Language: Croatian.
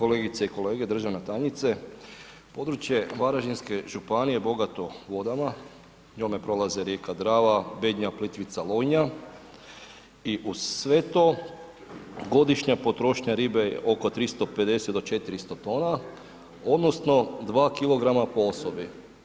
Kolegice i kolege, državna tajnice, područje varaždinske županije je bogato vodama, njome prolaze rijeka Drava, Bednja, Plitvica, Lonja i uz sve to godišnja potrošnja ribe je oko 350 do 400t odnosno 2kg po osobi.